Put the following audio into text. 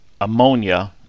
ammonia